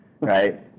right